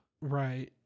Right